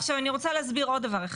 עכשיו אני רוצה להסביר עוד דבר אחד.